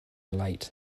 late